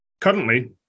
Currently